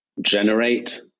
generate